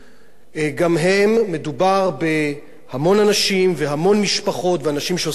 מדובר בהמון אנשים והמון משפחות ואנשים שעושים עבודה מקצועית וטובה,